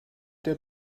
der